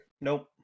Nope